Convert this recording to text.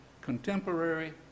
contemporary